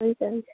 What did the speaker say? हुन्छ हुन्छ